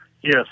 Yes